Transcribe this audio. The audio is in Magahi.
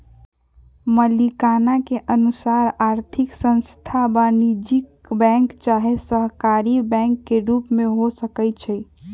मलिकाना के अनुसार आर्थिक संस्थान वाणिज्यिक बैंक चाहे सहकारी बैंक के रूप में हो सकइ छै